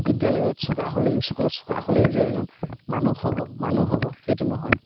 বিদ্যালয়ত চোকা হ'লেই স্কুলত চোকা হ'লেই যে এজন মানুহ হ'ব মানুহ হ'ব সেইটো নহয়